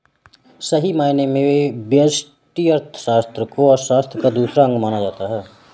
सही मायने में व्यष्टि अर्थशास्त्र को अर्थशास्त्र का दूसरा अंग माना जाता है